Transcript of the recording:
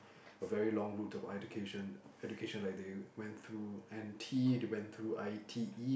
a very long route of education education like they went through N T they went through I_T_E